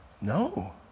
No